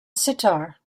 sitar